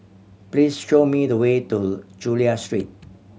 please show me the way to Chulia Street